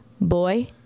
boy